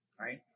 right